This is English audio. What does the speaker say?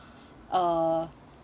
uh